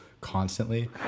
constantly